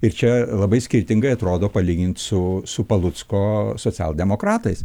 ir čia labai skirtingai atrodo palyginti su su palucko socialdemokratais